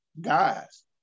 guys